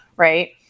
Right